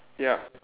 ya